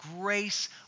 grace